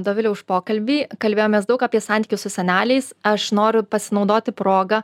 dovile už pokalbį kalbėjomės daug apie santykius su seneliais aš noriu pasinaudoti proga